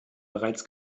bereits